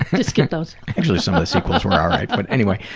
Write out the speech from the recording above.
just skip those! actually some of the sequels were alright, but anyways,